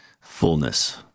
fullness